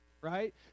right